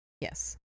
yes